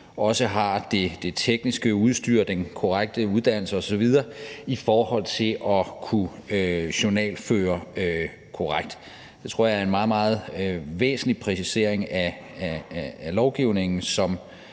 også har det tekniske udstyr, den korrekte uddannelse osv. i forhold til at kunne journalføre korrekt. Det tror jeg er en meget, meget væsentlig præcisering af lovgivningen,